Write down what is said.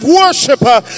worshipper